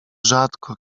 rzadko